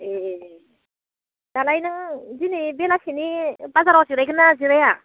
ए दालाय नों दिनै बेलासिनि बाजाराव जिरायगोन ना जिराया